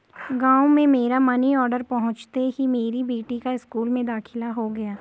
गांव में मेरा मनी ऑर्डर पहुंचते ही मेरी बेटी का स्कूल में दाखिला हो गया